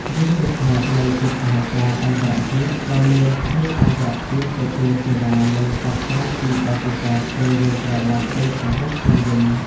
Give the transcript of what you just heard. វាជាផ្នែកនៃកិច្ចសហការណ៍អន្តរជាតិ ដោយមានភ្ញៀវអន្តរជាតិទទួលសេវានិងផ្សព្វផ្សាយពីបទពិសោធន៍ពេលវិលត្រឡប់ទៅប្រទេសខ្លួនវិញ។